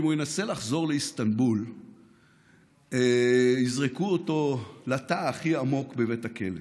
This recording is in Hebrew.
ואם ינסה לחזור לאיסטנבול יזרקו אותו לתא הכי עמוק בבית הכלא.